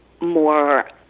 more